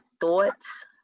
thoughts